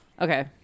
Okay